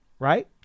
Right